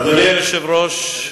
אדוני היושב-ראש,